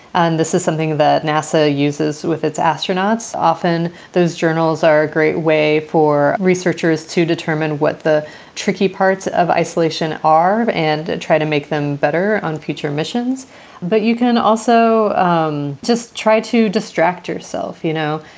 and this is something that nasa uses with its astronauts often those journals are a great way for researchers to determine what the tricky parts of isolation are and try to make them better on future missions but you can also um just try to distract yourself you know,